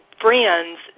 brands